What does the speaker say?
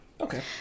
Okay